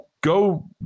Go